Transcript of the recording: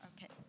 Okay